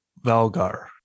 Valgar